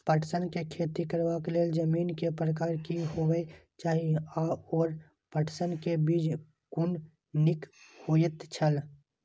पटसन के खेती करबाक लेल जमीन के प्रकार की होबेय चाही आओर पटसन के बीज कुन निक होऐत छल?